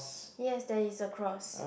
yes there is a cross